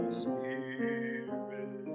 spirit